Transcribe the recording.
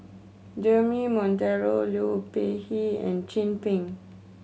Jeremy Monteiro Liu Peihe and Chin Peng